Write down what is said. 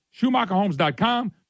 SchumacherHomes.com